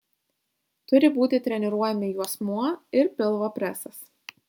turi būti treniruojami juosmuo ir pilvo presas